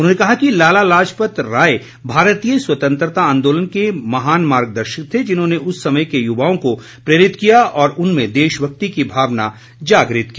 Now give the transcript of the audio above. उन्होंने कहा कि लाला लाजपत राय भारतीय स्वतंत्रता आंदोलन के महान मार्गदर्शक थे जिन्होंने उस समय के युवाओं को प्रेरित किया और उनमें देशभक्ति की भावना जागृत की